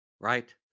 right